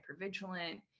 hypervigilant